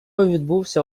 відбувся